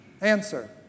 Answer